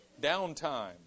Downtime